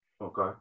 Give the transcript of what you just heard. Okay